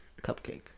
Cupcake